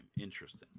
Interesting